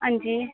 अंजी